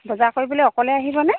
বজাৰ কৰিবলৈ অকলে আহিবনে